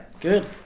Good